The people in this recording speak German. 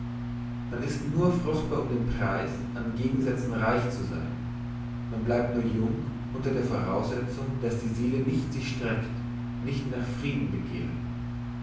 man ist nur fruchtbar um den preis an gegensätzen reich zu sein man bleibt nur jung unter der voraussetzung dass die seele nicht sich streckt nicht nach frieden begehrt